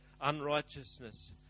unrighteousness